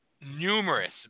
numerous